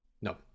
No